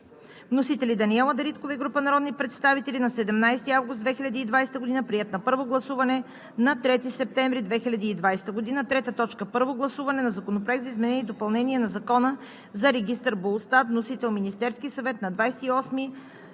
Вносител – Даниела Дариткова и група народни представители на 17 август 2020 г. Приет на първо гласуване на 3 септември 2020 г. 3. Първо гласуване на Законопроекта за изменение и допълнение на Закона за регистър БУЛСТАТ. Вносител – Министерският съвет на 28